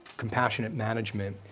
compassionate management,